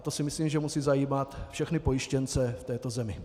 To si myslím, že musí zajímat všechny pojištěnce v této zemi.